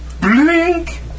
Blink